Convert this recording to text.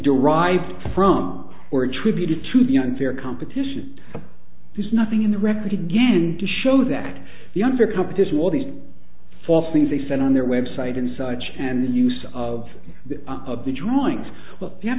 derived from or attributed to the unfair competition there's nothing in the record again to show that the unfair competition or the false things they said on their website and such and use of the of the drawings look you have